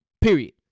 period